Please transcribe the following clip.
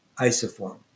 isoform